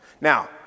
Now